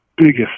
biggest